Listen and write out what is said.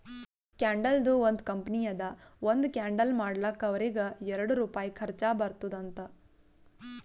ಕ್ಯಾಂಡಲ್ದು ಒಂದ್ ಕಂಪನಿ ಅದಾ ಒಂದ್ ಕ್ಯಾಂಡಲ್ ಮಾಡ್ಲಕ್ ಅವ್ರಿಗ ಎರಡು ರುಪಾಯಿ ಖರ್ಚಾ ಬರ್ತುದ್ ಅಂತ್